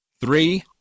Three